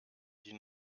die